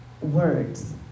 words